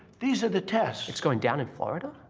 these are the tests. it's going down in florida?